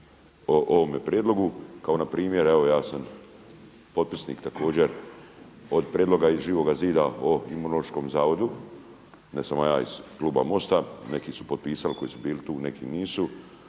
o ovome prijedlogu kao npr. evo ja sam potpisnik također od prijedloga Živoga zida o Imunološkom zavodu ne samo ja iz kluba MOST-a, neki su potpisali koji su bili tu, neki nisu